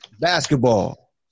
Basketball